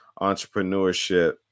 entrepreneurship